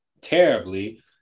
terribly